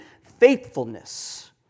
faithfulness